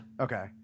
okay